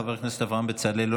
חבר הכנסת אברהם בצלאל,